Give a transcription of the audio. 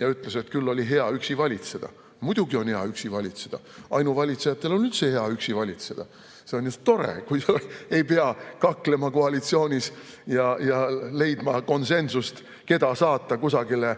ja ütles, et küll oli hea üksi valitseda. Muidugi on hea üksi valitseda. Ainuvalitsejatel on üldse hea üksi valitseda. See on ju tore, kui ei pea kaklema koalitsioonis ja leidma konsensust, keda saata kusagile